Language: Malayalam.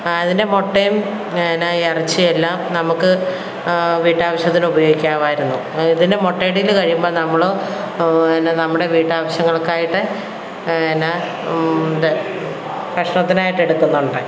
അതിൻ്റെ മുട്ടയും പിന്നെ ഇറച്ചിയെല്ലാം നമുക്ക് വീട്ടാവശ്യത്തിനുപയോഗിക്കാമായിരുന്നു ഇതിൻ്റെ മുട്ടയിടല് കഴിയുമ്പോള് നമ്മള് പിന്നെ നമ്മുടെ വീട്ടാവശ്യങ്ങൾക്കായിട്ട് പിന്നെ ഇത് ഭക്ഷണത്തിനായിട്ട് എടുക്കുന്നുണ്ട്